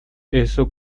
eso